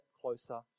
closer